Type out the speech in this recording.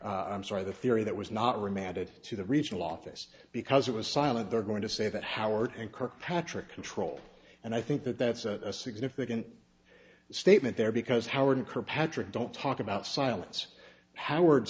remanded i'm sorry the theory that was not remanded to the regional office because it was silent they're going to say that howard and kirkpatrick control and i think that that's a significant statement there because howard kirkpatrick don't talk about silence howard